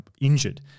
injured